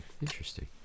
Interesting